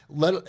let